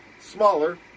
smaller